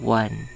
one